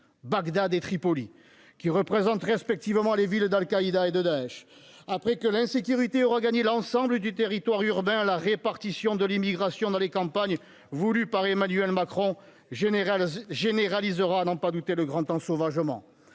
Bagdad et Tripoli qui représentent respectivement les villes d'Al-Qaïda et de Daesh, après que l'insécurité aura gagné l'ensemble du territoire urbain à la répartition de l'immigration dans les campagnes, voulue par Emmanuel Macron général se généralisera à n'en pas douter, le grand ensauvagement